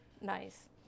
Nice